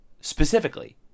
specifically